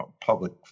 public